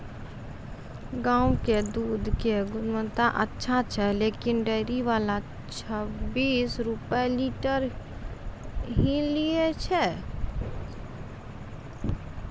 गांव के दूध के गुणवत्ता अच्छा छै लेकिन डेयरी वाला छब्बीस रुपिया लीटर ही लेय छै?